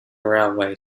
railway